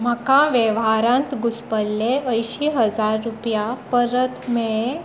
म्हाका वेव्हारांत घुसपल्ले अंयशीं हजार रुपया परत मेळ्ळे